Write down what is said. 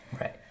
Right